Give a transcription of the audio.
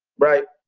right?